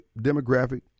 demographic